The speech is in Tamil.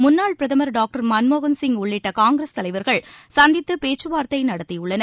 முன்னாள் பிரதமர் டாக்டர் மன்மோகன்சிங் உள்ளிட்ட காங்கிரஸ் தலைவர்கள் சந்தித்துப் பேச்சுவார்த்தை நடத்தியுள்ளனர்